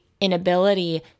inability